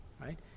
right